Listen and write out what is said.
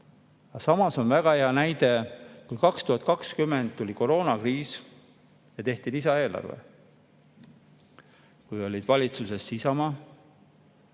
samas on väga hea näide, kui 2020 tuli koroonakriis ja tehti lisaeelarve. Siis olid valitsuses Isamaa,